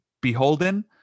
Beholden